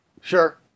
Sure